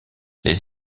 les